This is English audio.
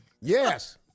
Yes